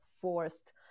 forced